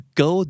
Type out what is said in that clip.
go